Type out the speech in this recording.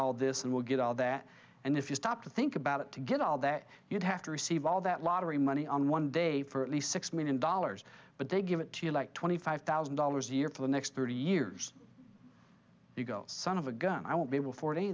all this and we'll get all that and if you stop to think about it to get all that you'd have to receive all that lottery money on one day for at least six million dollars but they give it to you like twenty five thousand dollars a year for the next thirty years you go son of a gun i won't be able